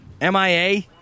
MIA